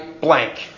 blank